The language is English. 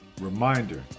Reminder